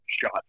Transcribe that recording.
shot